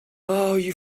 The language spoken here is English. you